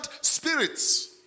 spirits